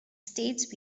states